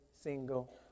single